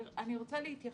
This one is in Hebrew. אני רוצה,